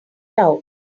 out